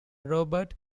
robert